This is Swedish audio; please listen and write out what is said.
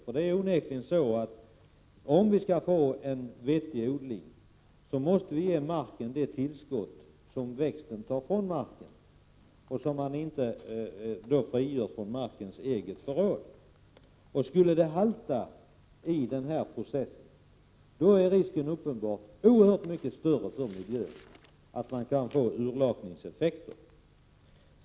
Om vi skall kunna ha en vettig odling måste vi ge marken det tillskott som växten tar ifrån marken och som då frigörs från markens eget förråd. Skulle något halta i den processen är risken oerhört mycket större för miljön, för att man skall få urlakningseffekter.